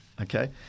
Okay